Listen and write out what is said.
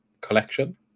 collection